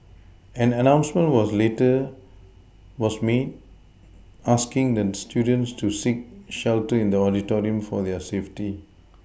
an announcement was later was made asking the students to seek shelter in the auditorium for their safety